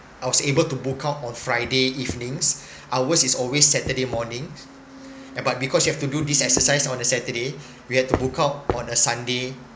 I was able to book out on friday evenings ours is always saturday morning uh but because you have to do this exercise on the saturday we had to book out on a sunday